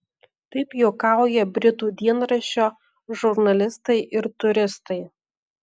taip juokauja britų dienraščio žurnalistai ir turistai